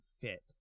fit